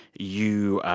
you